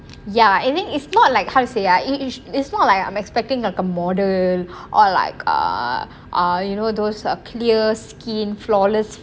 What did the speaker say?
ya I mean is not like how to say ah it's it's not like I'm expecting a model or like err err you know those are clear skin flawless